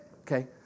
Okay